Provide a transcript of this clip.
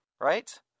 right